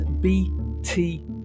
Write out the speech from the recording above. bt